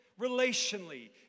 relationally